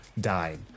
died